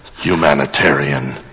humanitarian